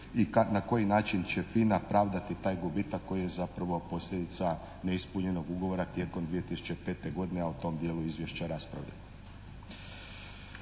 na koji način će FINA pravdati taj gubitak koji je zapravo posljedica neispunjenog ugovora tijekom 2005. godine, a o tom dijelu izvješća raspravljamo.